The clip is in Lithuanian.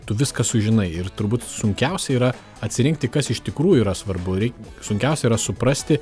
tu viską sužinai ir turbūt sunkiausia yra atsirinkti kas iš tikrųjų yra svarbu rei sunkiausia yra suprasti